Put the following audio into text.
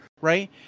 right